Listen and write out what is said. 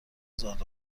زاد